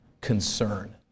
concern